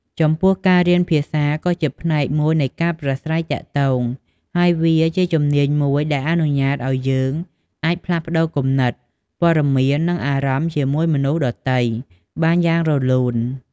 ចំពោះ ការរៀនភាសាក៏ជាផ្នែកមួយនៃការប្រាស្រ័យទាក់ទង ហើយវាជាជំនាញមួយដែលអនុញ្ញាតឲ្យយើងអាចផ្លាស់ប្ដូរគំនិត ព័ត៌មាន និងអារម្មណ៍ជាមួយមនុស្សដទៃបានយ៉ាងរលូន។។